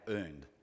earned